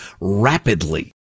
rapidly